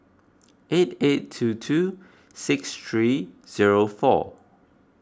eight eight two two six three zero four